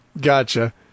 Gotcha